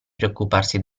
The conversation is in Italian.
preoccuparsi